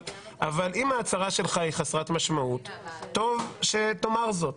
אם ההצהרה שלך היא חסרת משמעות טוב שתאמר זאת.